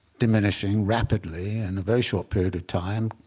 diminishing rapidly in a very short period of time,